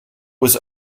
was